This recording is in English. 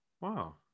Wow